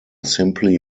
simply